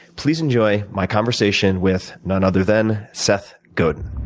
please enjoy my conversation with none other than seth godin.